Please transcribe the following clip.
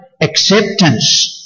acceptance